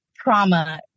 trauma